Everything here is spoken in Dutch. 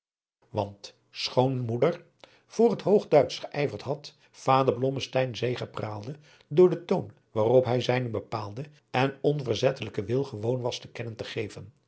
want schoon moeder voor het hoogduitsch geijverd had vader blommesteyn zegepraalde door den toon waarop hij zijnen bepaalden en onverzettelijken wil gewoon was te kennen te geven